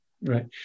Right